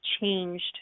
changed